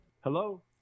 Hello